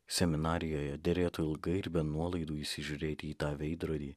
seminarijoje derėtų ilgai ir be nuolaidų įsižiūrėti į tą veidrodį